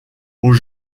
aux